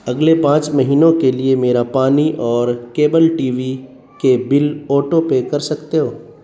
اگلے پانچ مہینوں کے لیے میرا پانی اور کیبل ٹی وی کے بل آٹو پے کر سکتے ہو